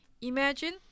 imagine